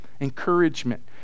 Encouragement